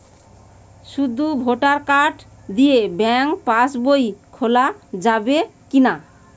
শুধু voter card দিয়ে bank pass বই খোলা যাবে কিনা?